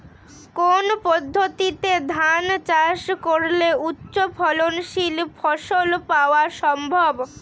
কোন পদ্ধতিতে ধান চাষ করলে উচ্চফলনশীল ফসল পাওয়া সম্ভব?